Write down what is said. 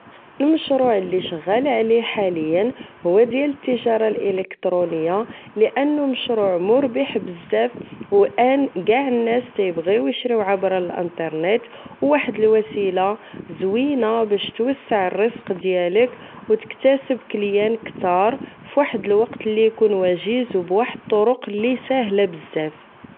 المشروع لي شغالا عليه حاليا هو ديال التجارة الإلكترونية لأنو مشروع مربح بزاف أو ݣاع الناس تيبغيو إشريو عبر الأنترنيت أو واحد الوسيلة زوينة باش توسع الرزق ديالك أو تكتاسب كليان كتار فواحد الوقت لي إكون وجيز أو بواحد الطرق لي ساهلة بزاف